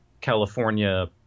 california